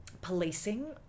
policing